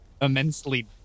immensely